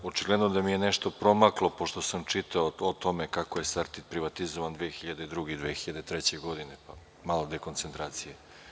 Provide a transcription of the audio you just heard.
Očigledno da mi je nešto promaklo pošto sam čitao o tome kako je „Sartid“ privatizovan 2002. i 2003. godine, pa malo dekoncentracije.